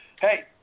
hey